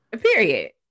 Period